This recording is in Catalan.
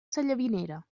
sallavinera